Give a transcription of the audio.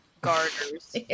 Garters